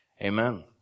amen